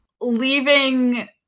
leaving